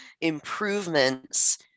improvements